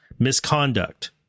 misconduct